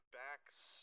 backs